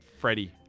Freddie